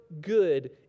good